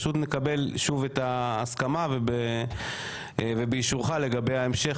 פשוט נקבל שוב את ההסכמה ובאישורך לגבי ההמשך,